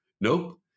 Nope